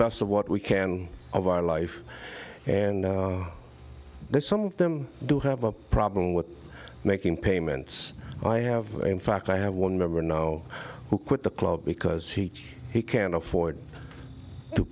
best of what we can of our life and there's some of them do have a problem with making payments i have in fact i have one member know who quit the club because he he can't afford to